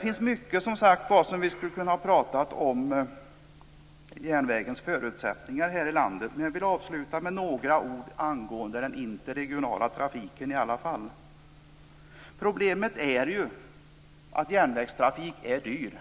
Man kan säga mycket om järnvägens förutsättningar här i landet. Jag vill avsluta med några ord angående den interregionala trafiken. Problemet är att järnvägstrafik är dyr.